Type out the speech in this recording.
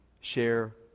share